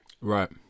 Right